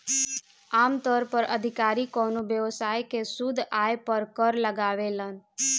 आमतौर पर अधिकारी कवनो व्यवसाय के शुद्ध आय पर कर लगावेलन